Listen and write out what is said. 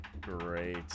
great